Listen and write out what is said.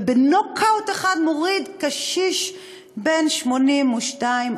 ובנוק-אאוט אחד יוריד ארצה קשיש בן 82,